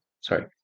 sorry